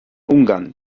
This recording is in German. ungarn